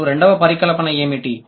ఇప్పుడు రెండవ పరికల్పన ఏమిటి